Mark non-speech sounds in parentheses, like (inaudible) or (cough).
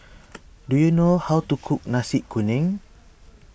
(noise) do you know how to cook Nasi Kuning